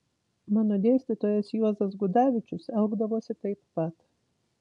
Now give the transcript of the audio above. mano dėstytojas juozas gudavičius elgdavosi taip pat